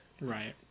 Right